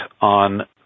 on